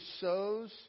sows